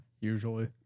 Usually